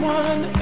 one